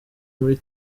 muri